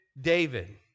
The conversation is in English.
David